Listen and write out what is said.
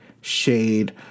shade